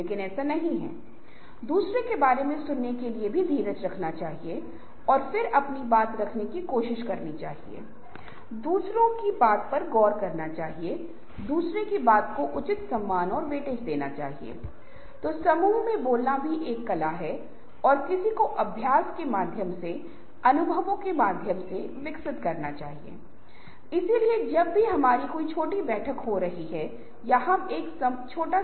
सबसे पहले आप समय और कार्य के लक्ष्यों को निर्धारित करते हैं जो आपको यह परिभाषित करने में मदद करेंगे कि आप क्या चाहते हैं आप कैसे जीना चाहते हैं और आप क्या हासिल करना चाहते हैं अपने आप को परिभाषित करें कि दीर्घकालिक लक्ष्य क्या होगा और आपके अल्पकालिक लक्ष्य क्या होंगे